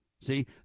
See